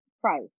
price